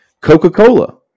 Coca-Cola